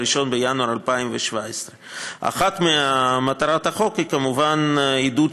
ב-1 בינואר 2017. אחת ממטרות החוק היא כמובן עידוד